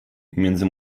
między